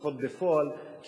לפחות בפועל.